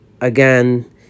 again